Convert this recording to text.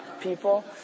people